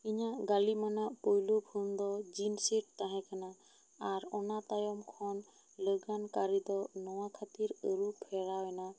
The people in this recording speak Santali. ᱤᱧᱟᱹᱜ ᱜᱟᱹᱞᱤᱢ ᱟᱱᱟᱜ ᱯᱩᱭᱞᱩ ᱯᱷᱚᱱ ᱫᱚ ᱡᱤᱱᱥ ᱥᱮᱴ ᱛᱟᱦᱮᱸ ᱠᱟᱱᱟ ᱟᱨ ᱚᱱᱟ ᱛᱟᱭᱚᱢ ᱠᱷᱚᱱ ᱞᱟᱹᱜᱟᱱ ᱠᱟᱹᱨᱤ ᱫᱚ ᱱᱚᱭᱟ ᱠᱷᱟᱹᱛᱤᱨ ᱟᱹᱨᱩ ᱯᱷᱮᱨᱟᱣ ᱮᱱᱟ